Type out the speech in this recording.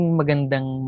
magandang